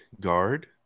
Guard